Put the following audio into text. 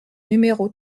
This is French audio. numéro